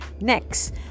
next